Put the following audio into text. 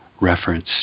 reference